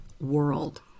world